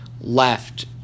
left